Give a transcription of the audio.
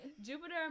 Jupiter